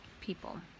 People